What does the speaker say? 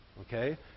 Okay